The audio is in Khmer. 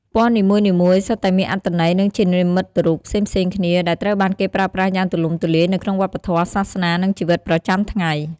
ពណ៌នីមួយៗសុទ្ធតែមានអត្ថន័យ និងជានិមិត្តរូបផ្សេងៗគ្នា ដែលត្រូវបានគេប្រើប្រាស់យ៉ាងទូលំទូលាយនៅក្នុងវប្បធម៌ សាសនា និងជីវិតប្រចាំថ្ងៃ។